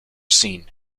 seen